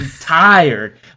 tired